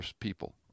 people